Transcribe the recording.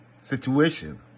situation